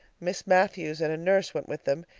miss matthews and a nurse went with them,